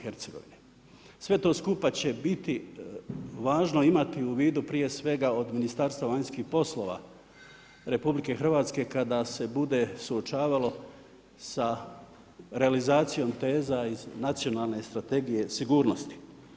Sve to skupa će biti važno imati u vidu prije svega od Ministarstva vanjskih poslova RH kada se bude suočavalo sa realizacijom teza iz Nacionalne strategije sigurnosti.